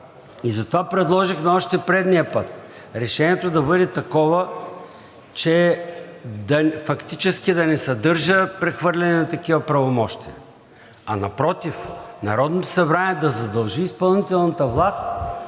Затова предложихме още предния път решението да бъде такова, че фактически да не съдържа прехвърляне на такива правомощия, а напротив, Народното събрание да задължи изпълнителната власт